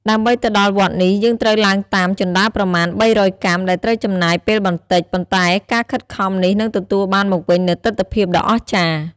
ដើម្បីទៅដល់វត្តនេះ យើងត្រូវឡើងតាម ជណ្តើរប្រមាណ ៣០០ កាំ ដែលត្រូវចំណាយពេលបន្តិច ប៉ុន្តែការខិតខំនេះនឹងទទួលបានមកវិញនូវទិដ្ឋភាពដ៏អស្ចារ្យ ។